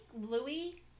Louis